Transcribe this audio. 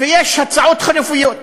ויש הצעות חלופיות.